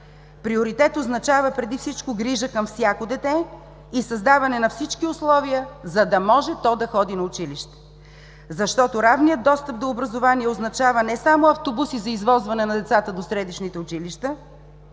Приоритет означава, преди всичко грижа към всяко дете и създаване на всички условия, за да може то да ходи на училище. Защото равният достъп до образование означава не само автобуси за извозване на децата до средищните училища,